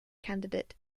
candidate